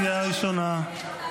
קריאה ראשונה.